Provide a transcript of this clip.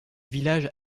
village